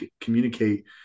communicate